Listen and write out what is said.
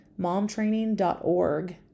Momtraining.org